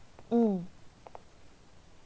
mm